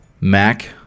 Mac